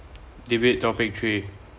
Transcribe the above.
debate topic three